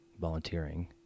volunteering